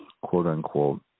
quote-unquote